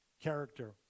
character